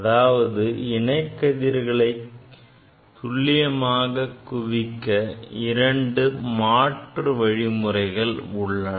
அதாவது இணை கதிர்களை துல்லியமாக குவிக்க இரண்டு மாற்று வழிமுறைகள் உள்ளன